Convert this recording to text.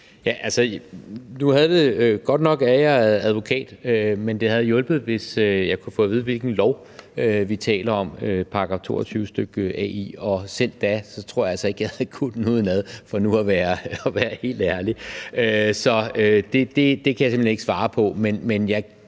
(V): Altså, godt nok er jeg advokat, men det havde hjulpet, hvis jeg kunne have fået at vide, hvilken lov vi taler om med hensyn til § 22 a, og selv da tror jeg altså ikke, jeg havde kunnet den udenad, for nu at være helt ærlig. Så det kan jeg simpelt hen ikke svare på.